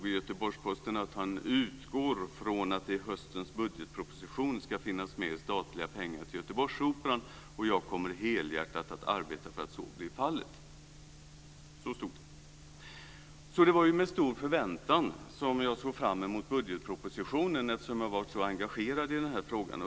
I Göteborgs-Posten stod det: "Jag utgår från att det i höstens budgetproposition skall finnas med statliga pengar till Göteborgsoperan och jag kommer helhjärtat att arbeta för att så blir fallet, säger Åke Det var därför med stor förväntan som jag såg fram emot budgetpropositionen. Jag har ju också varit så engagerad i frågan.